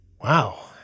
wow